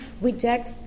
reject